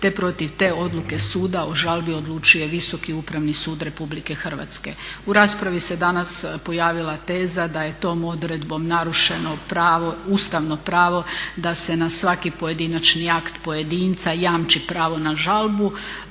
te protiv te odluke suda o žalbi odlučuje Visoki upravni sud Republike Hrvatske. U raspravi se danas pojavila teza da je tom odredbom narušeno pravo, ustavno pravo da se na svaki pojedinačni akt pojedinca jamči pravo na žalbu.